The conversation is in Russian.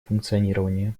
функционирование